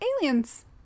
aliens